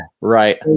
right